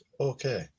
okay